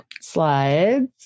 slides